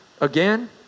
again